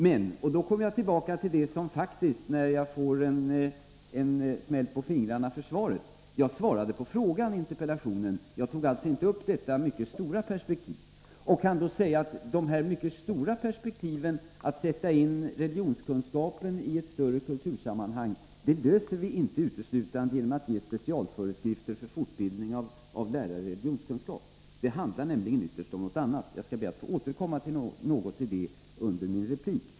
Men när jag får en smäll på fingrarna för svaret vill jag framhålla att jag faktiskt svarade på den fråga som ställdes i interpellationen. Jag tog alltså inte upp detta mycket stora perspektiv, och jag kan nu svara att frågan om att sätta in religionskunskapen i ett större kultursammanhang löser vi inte uteslutande genom att ge specialföreskrifter för fortbildning av lärare i religionskunskap. Det handlar nämligen ytterst om något annat, och jag skall be att få återkomma något till det under min replik.